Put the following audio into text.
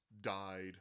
died